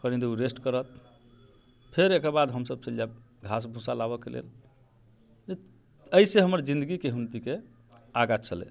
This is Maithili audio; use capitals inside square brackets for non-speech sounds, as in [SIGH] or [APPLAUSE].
कनि देर ओ रेस्ट करत फेर एहिके बाद हम सभ चलि जायब घास भूसा लाबऽके लेल एहि से हमर जिंदगीके [UNINTELLIGIBLE] के आगाँ चलै